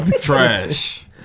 Trash